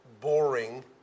boring